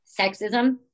sexism